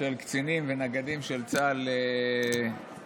של קצינים ונגדים של צה"ל לפולין.